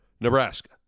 Nebraska